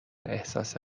احساس